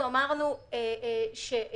כל